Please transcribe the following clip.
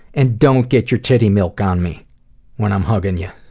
and don't get your titty milk on me when i am hugging you.